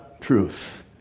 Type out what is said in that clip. Truth